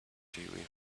chewing